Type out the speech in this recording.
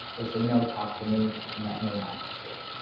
they say no, talk to me, and that may not be true.